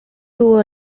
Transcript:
było